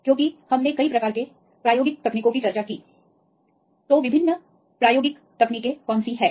क्योंकि हमने कई प्रकार के प्रायोगिक तकनीकों की चर्चा की तो विभिन्न प्रायोगिक तकनीकें कौन सी है